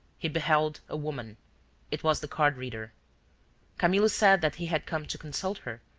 he beheld a woman it was the card-reader. camillo said that he had come to consult her,